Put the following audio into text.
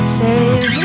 save